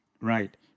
Right